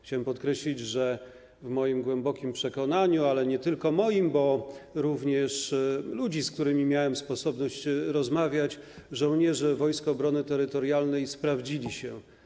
Chciałbym podkreślić, że w moim głębokim przekonaniu, ale nie tylko moim, bo również ludzi, z którymi miałem sposobność rozmawiać, żołnierze Wojsk Obrony Terytorialnej sprawdzili się.